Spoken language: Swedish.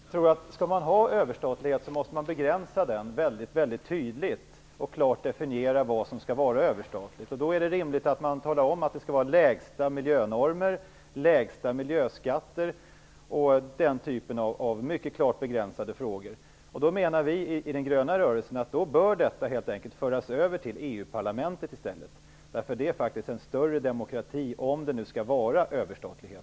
Herr talman! Skall det vara överstatlighet, måste denna begränsas väldigt tydligt. Det skall klart definieras vad som skall vara överstatligt. Då är det rimligt att tala om att det skall vara lägsta miljönormer och lägsta miljöskatter. Det handlar om den typen av mycket klart begränsade frågor. Vi i den gröna rörelsen menar att detta helt enkelt bör föras över till EU parlamentet. Det är faktiskt en större demokrati - om det nu skall vara överstatlighet.